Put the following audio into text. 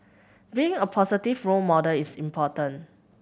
being a positive role model is important